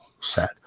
sad